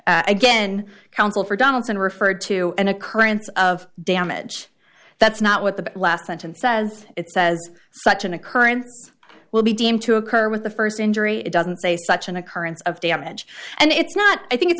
indorsement again counsel for donaldson referred to an occurrence of damage that's not what the last sentence says it says such an occurrence will be deemed to occur with the first injury it doesn't say such an occurrence of damage and it's not i think it's